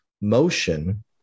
Motion